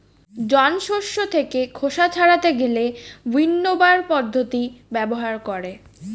জন শস্য থেকে খোসা ছাড়াতে গেলে উইন্নবার পদ্ধতি ব্যবহার করে